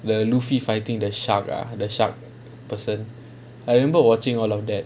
the luffy fighting the shark ah the shark person I remember watching all of that